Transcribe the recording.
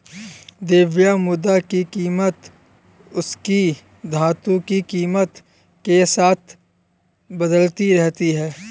द्रव्य मुद्रा की कीमत उसकी धातु की कीमत के साथ बदलती रहती है